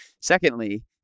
Secondly